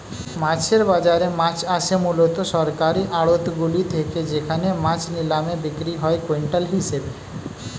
মাছের বাজারে মাছ আসে মূলত সরকারি আড়তগুলি থেকে যেখানে মাছ নিলামে বিক্রি হয় কুইন্টাল হিসেবে